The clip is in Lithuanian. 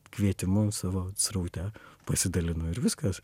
kvietimu savo sraute pasidalinu ir viskas